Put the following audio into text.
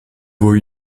voie